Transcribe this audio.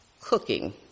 cooking